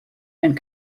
and